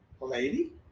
lady